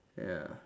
ya